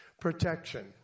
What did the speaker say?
Protection